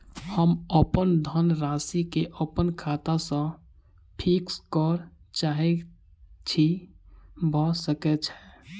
हम अप्पन राशि केँ अप्पन खाता सँ फिक्स करऽ चाहै छी भऽ सकै छै?